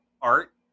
art